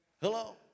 Hello